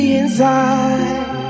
inside